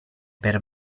per